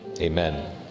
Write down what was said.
Amen